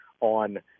on –